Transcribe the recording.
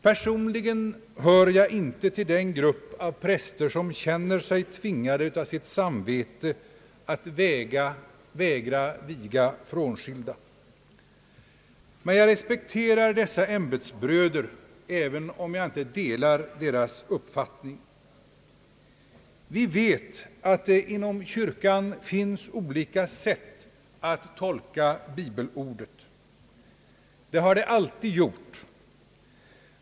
Personligen hör jag inte till den grupp av präster som känner sig tvingade av sitt samvete att vägra viga frånskilda. Men jag respekterar dessa ämbetsbröder, även om jag inte delar deras uppfattning. Vi vet att det inom kyrkan finns olika sätt att tolka bibelordet. Det har det alltid gjort.